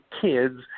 kids